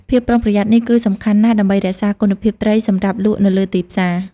ភាពប្រុងប្រយ័ត្ននេះគឺសំខាន់ណាស់ដើម្បីរក្សាគុណភាពត្រីសម្រាប់លក់នៅលើទីផ្សារ។